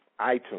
iTunes